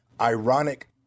ironic